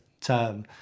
term